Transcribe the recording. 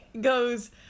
goes